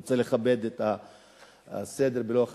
אני רוצה לכבד את הסדר בלוח הזמנים,